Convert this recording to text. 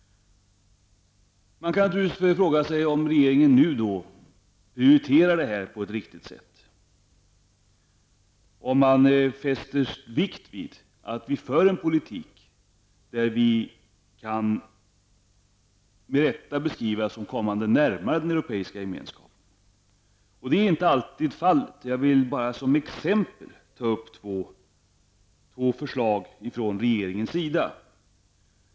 Man kan fråga sig om regeringen prioriterar på riktigt sätt. Fäster man vikt vid att föra en politik som kom närmare den Eeuropeiska gemenskapen? Det är inte alltid fallet. Som exempel vill jag nämna två förslag från regeringens sida.